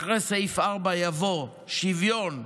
אחרי סעיף 4 יבוא: שוויון,